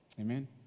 Amen